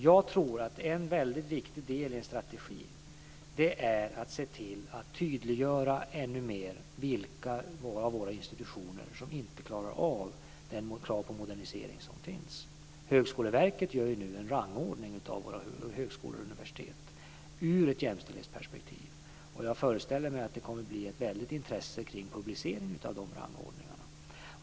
Jag tror att en väsentlig del i en strategi här är att se till att det ännu mer tydliggörs vilka av våra institutioner som inte klarar av de krav på modernisering som finns. Högskoleverket gör nu en rangordning av våra högskolor och universitet just ur ett jämställdhetsperspektiv. Jag föreställer mig att det blir ett stort intresse kring publiceringen av den rangordningen.